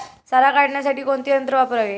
सारा काढण्यासाठी कोणते यंत्र वापरावे?